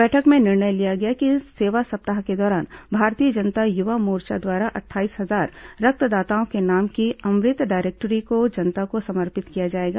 बैठक में निर्णय लिया गया कि सेवा सप्ताह के दौरान भारतीय जनता युवा मोर्चा द्वारा अट्ठाईस हजार रक्तदाताओं के नाम की अमृत डायरेक्टरी को जनता को समर्पित किया जाएगा